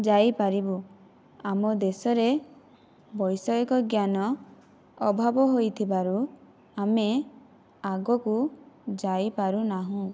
ଯାଇପାରିବୁ ଆମ ଦେଶରେ ବୈଷୟିକ ଜ୍ଞାନ ଅଭାବ ହୋଇଥିବାରୁ ଆମେ ଆଗକୁ ଯାଇପାରୁନାହୁଁ